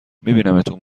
میبینمتون